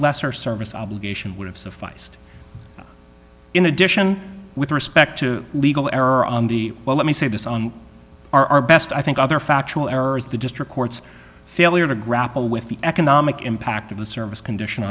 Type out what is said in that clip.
lesser service obligation would have sufficed in addition with respect to legal error on the well let me say this on our best i think other factual errors the district court's failure to grapple with the economic impact of the service condition